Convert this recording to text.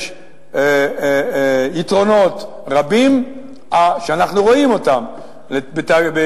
יש יתרונות רבים שאנחנו רואים אותם בקיום